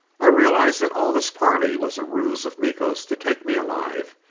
i realized that all this parley was a ruse of miko's to take me alive.